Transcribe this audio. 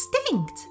extinct